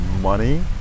money